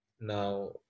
Now